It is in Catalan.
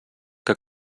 que